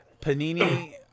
Panini